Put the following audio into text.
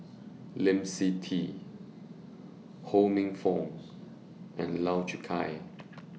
Lee Seng Tee Ho Minfong and Lau Chiap Khai